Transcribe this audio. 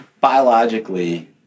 biologically